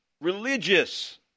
religious